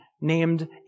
named